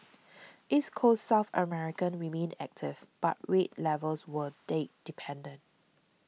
East Coast South America remained active but rate levels were date dependent